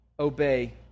Obey